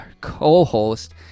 co-host